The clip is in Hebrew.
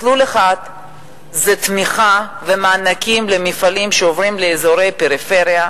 מסלול אחד זה תמיכה ומענקים למפעלים שעוברים לאזורי פריפריה,